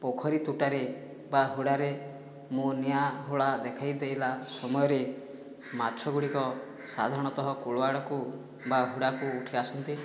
ପୋଖରୀ ତୁଟାରେ ବା ହୁଡ଼ାରେ ମୁଁ ନିଆଁ ହୁଳା ଦେଖେଇଦେଲା ସମୟରେ ମାଛଗୁଡ଼ିକ ସାଧାରଣତଃ କୁଳ ଆଡ଼କୁ ବା ହୁଡ଼ାକୁ ଉଠି ଆସନ୍ତି